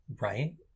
right